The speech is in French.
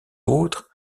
autres